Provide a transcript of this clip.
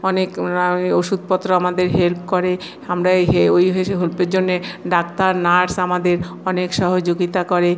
অনেক ওষুধপত্র আমাদের হেল্প করে আমরা এই হে ওই হেল্পের জন্যে ডাক্তার নার্স আমাদের অনেক সহযোগিতা করে